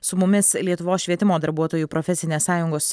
su mumis lietuvos švietimo darbuotojų profesinės sąjungos